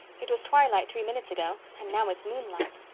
it was twilight three minutes ago and now it's moonlight.